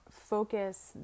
focus